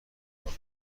بالا